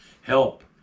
help